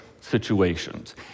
situations